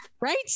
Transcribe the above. Right